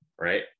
right